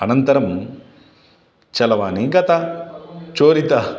अनन्तरं चरवाणी गता चोरिता